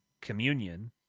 communion